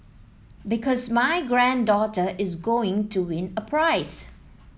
because my granddaughter is going to win a prize